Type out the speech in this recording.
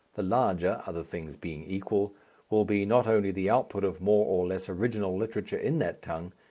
the larger other things being equal will be not only the output of more or less original literature in that tongue,